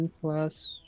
plus